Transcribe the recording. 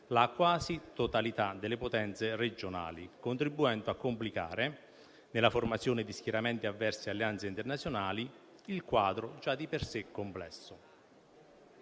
la quasi totalità delle potenze regionali, contribuendo a complicare, nella formazione di schieramenti avversi e alleanze internazionali, il quadro già di per sé complesso.